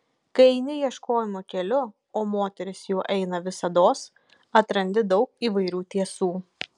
kai eini ieškojimo keliu o moteris juo eina visados atrandi daug įvairių tiesų